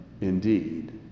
indeed